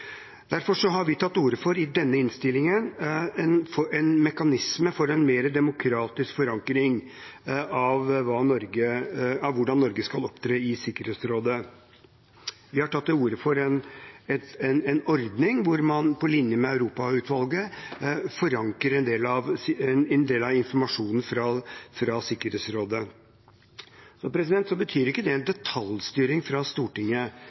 Derfor har vi i denne innstillingen tatt til orde for en mekanisme for en mer demokratisk forankring av hvordan Norge skal opptre i Sikkerhetsrådet. Vi har tatt til orde for en ordning hvor man, på linje med Europautvalget, forankrer en del av informasjonen fra Sikkerhetsrådet. Så betyr ikke det en detaljstyring fra Stortinget av hvordan regjeringen skal opptre i Sikkerhetsrådet. Det betyr ikke å flytte makt. Det